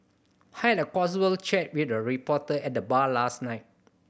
had a casual chat with a reporter at the bar last night